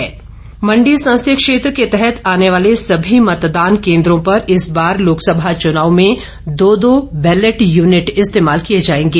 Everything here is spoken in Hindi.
बैलेट यूनिट मंडी संसदीय क्षेत्र के तहत आने वाले सभी मतदान केन्द्रों पर इस बार लोकसभा चुनाव में दो दो बैलेट यूनिट इस्तेमाल किए जाएंगे